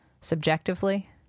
subjectively